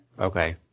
Okay